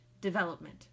development